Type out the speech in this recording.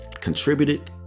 contributed